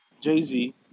Jay-Z